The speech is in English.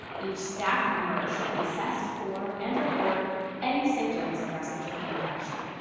each staff member should be assessed for and report any symptoms of respiratory infection,